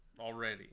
already